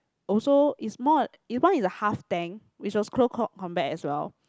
also it's more this one is a half tank which was close called combat as well